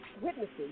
witnesses